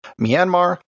Myanmar